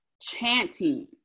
Chanting